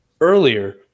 earlier